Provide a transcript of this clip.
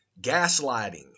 gaslighting